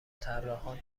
طراحان